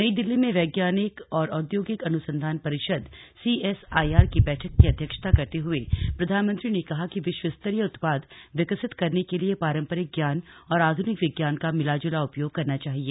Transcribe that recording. नई दिल्ली में वैज्ञानिक और औद्योगिक अनुसंधान परिषद सीएसआईआर की बैठक की अध्यक्षता करते हुए प्रधानमंत्री ने कहा कि विश्वस्तरीय उत्पाद विकसित करने के लिए पारंपरिक ज्ञान और आधुनिक विज्ञान का मिलाजुला उपयोग करना चाहिए